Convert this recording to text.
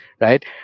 right